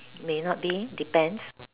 may not be depends